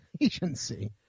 agency